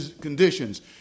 conditions